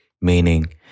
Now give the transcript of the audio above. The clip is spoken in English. meaning